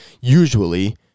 usually